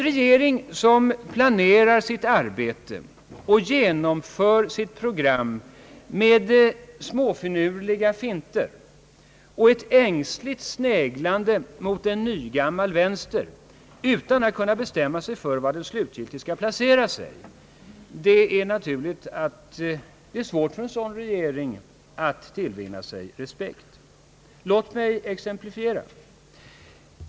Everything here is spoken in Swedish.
Regeringen planerar sitt arbete och genomför sitt program med småfinurliga finter och ett ängsligt sneglande mot en nygammal vänster utan att kunna bestämma sig för var den slutgiltigt skall placera sig. Det är naturligen svårt för en sådan regering att tillvinna sig respekt. Låt mig exemplifiera.